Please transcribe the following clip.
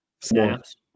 Snaps